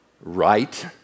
right